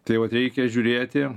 tai vat reikia žiūrėti